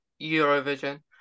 Eurovision